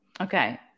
Okay